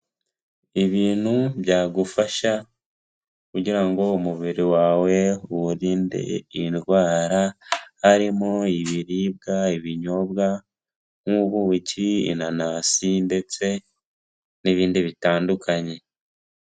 Ibintu byagufasha kugira ngo umubiri wawe uwurinde indwara harimo ibiribwa, ibinyobwa nk'ubuki, inanasi ndetse n'ibindi bitandukanye.